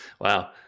Wow